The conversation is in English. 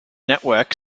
network